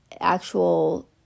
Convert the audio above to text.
actual